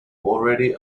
already